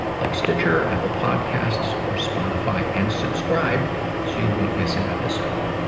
like stitcher, apple podcasts, or spotify, and subscribe so you won't miss an episode.